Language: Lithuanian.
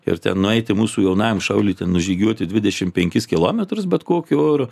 ir ten nueiti mūsų jaunajam šauliui nužygiuoti dvidešimt penkis kilometrus bet kokiu oru